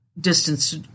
distance